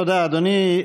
תודה, אדוני.